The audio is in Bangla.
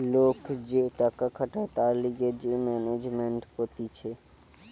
লোক যে টাকা খাটায় তার লিগে যে ম্যানেজমেন্ট কতিছে